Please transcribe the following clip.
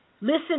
Listen